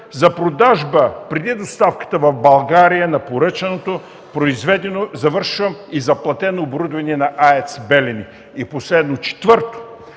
за продажба, преди доставката в България, на поръчаното, произведено и заплатено оборудване на АЕЦ „Белене”. Последно, четвърто,